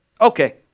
Okay